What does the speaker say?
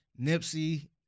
Nipsey